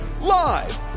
live